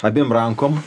abiem rankom